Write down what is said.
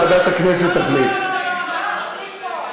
לא לא, אנחנו נחליט פה.